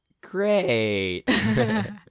great